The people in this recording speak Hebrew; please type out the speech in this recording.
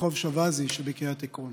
ברחוב שבזי שבקריית עקרון.